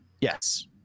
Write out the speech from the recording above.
yes